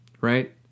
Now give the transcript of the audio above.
Right